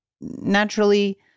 Naturally